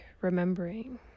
remembering